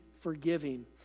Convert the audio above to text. forgiving